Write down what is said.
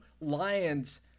lions